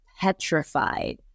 petrified